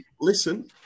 listen